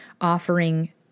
offering